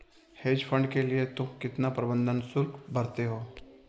Hedge fund के लिए तुम कितना प्रबंधन शुल्क भरते हो?